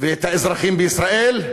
ואת האזרחים בישראל,